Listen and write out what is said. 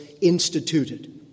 instituted